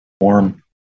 warm